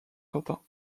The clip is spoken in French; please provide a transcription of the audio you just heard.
quentin